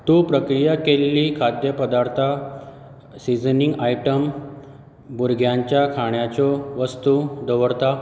तूं प्रक्रिया केल्लीं खाद्यपदार्थां सिसनींग आयटम भुरग्यांच्या खाणाच्यो वस्तू दवरता